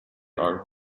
are